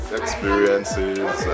experiences